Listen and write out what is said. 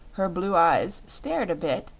her blue eyes stared a bit,